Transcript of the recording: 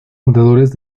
fundadores